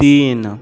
तीन